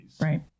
right